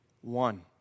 One